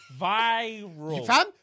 Viral